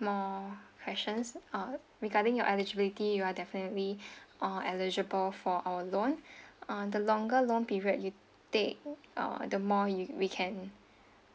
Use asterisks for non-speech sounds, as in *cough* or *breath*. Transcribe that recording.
more questions uh regarding your eligibility you are definitely *breath* uh eligible for our loan *breath* uh the longer long period you take uh the more you we can